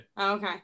okay